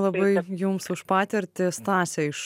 labai jums už patirtį stasė iš